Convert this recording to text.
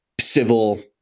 civil